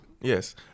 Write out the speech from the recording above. Yes